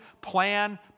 plan